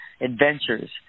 adventures